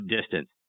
distance